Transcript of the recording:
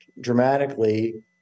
dramatically